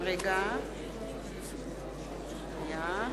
(קוראת בשמות חברי הכנסת)